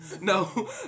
No